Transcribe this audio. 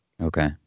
Okay